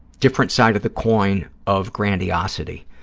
different side of the coin of grandiosity.